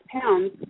pounds